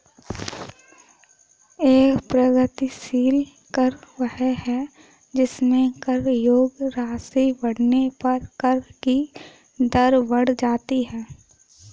एक प्रगतिशील कर वह है जिसमें कर योग्य राशि बढ़ने पर कर की दर बढ़ जाती है